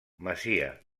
masia